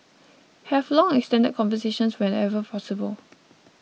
have long extended conversations wherever possible